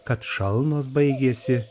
kad šalnos baigėsi